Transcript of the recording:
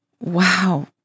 wow